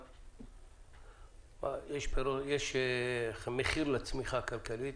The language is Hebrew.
יש מחיר לצמיחה הכלכלית.